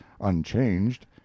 unchanged